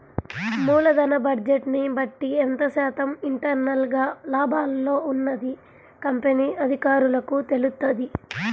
మూలధన బడ్జెట్ని బట్టి ఎంత శాతం ఇంటర్నల్ గా లాభాల్లో ఉన్నది కంపెనీ అధికారులకు తెలుత్తది